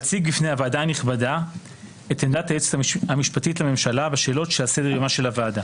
הנכבדה את עמדת היועצת המשפטית לממשלה בשאלות שעל סדר-יומה של הוועדה,